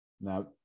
Now